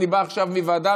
אני בא עכשיו מהוועדה,